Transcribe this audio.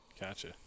Gotcha